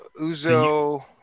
Uzo